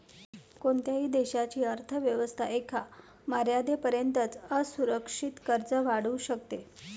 कोणत्याही देशाची अर्थ व्यवस्था एका मर्यादेपर्यंतच असुरक्षित कर्ज वाढवू शकते